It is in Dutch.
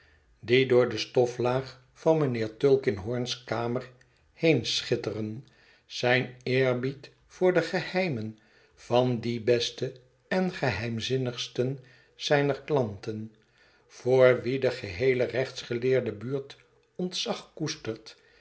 die door de stoflaag van mijnheer tulkinghorn's kamer heenschitter en zijn eerbied voor de geheimen van dien besten en geheimzinnigsten zijner klanten voor wien de geheele rechtsgeleerde buurt ontzag koestert